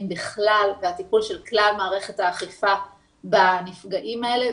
בכלל והטיפול של כלל מערכת האכיפה בנפגעים האלה,